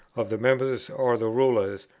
of the members, or the rulers,